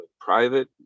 private